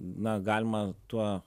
na galima tuo